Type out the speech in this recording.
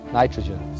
nitrogen